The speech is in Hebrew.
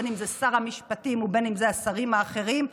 בין שזה שר המשפטים ובין שזה השרים האחרים,